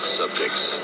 subjects